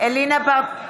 לא סופרים.